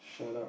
shut up